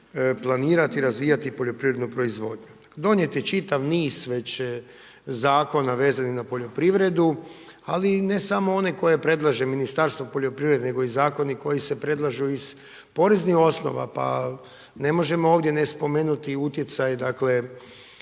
planirati, razvijati poljoprivrednu proizvodnju. Donijeti čitav niz već zakona vezanih za poljoprivredu, ali ne samo one koje predlaže Ministarstvo poljoprivrede, nego i zakoni koji se predlažu iz poreznih osnova pa ne možemo ovdje ne spomenuti utjecaj i